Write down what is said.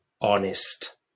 honest